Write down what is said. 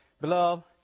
Beloved